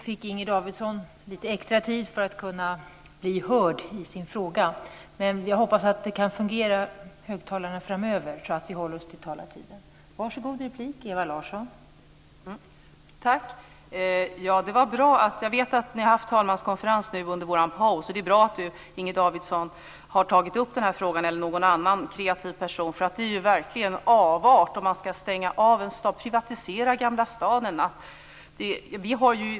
Fru talman! Jag vet att ni har haft talmanskonferens under middagsuppehållet, och det är bra att Inger Davidson eller någon annan kreativ person har tagit upp den här frågan. Det är verkligen en avart om man ska stänga av och privatisera Gamla stan en natt.